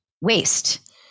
waste